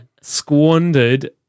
Squandered